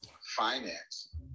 finance